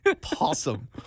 possum